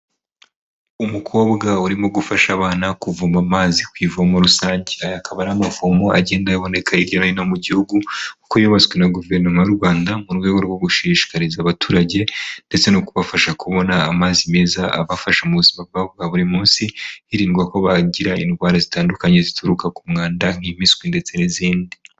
Umukobwa urimo gufasha abana kuvoma amazi ku ivomo rusange, aya akaba ari amavomo agenda aboneka hirya no hino mu gihugu kuko yubatswe na guverinoma y'u Rwanda mu rwego rwo gushishikariza abaturage ndetse no kubafasha kubona amazi meza abafasha mu buzima bwabo bwa buri munsi hirindwa ko bagira indwara zitandukanye zituruka ku mwanda nk'impiswi ndetse n'izindi.